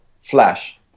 flash